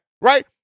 right